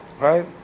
right